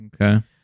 Okay